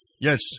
Yes